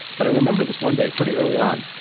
but i remember this one day, pretty early on,